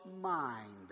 mind